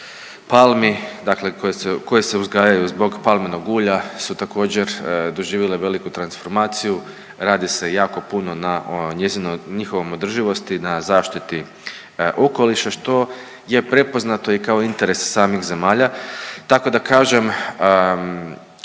dakle koje se uzgajaju zbog palminog ulja u također doživjele veliku transformaciju, radi se jako puno na njihovoj održivosti, na zaštiti okoliša što je prepoznato i kao interes samih zemalja, tako da kažem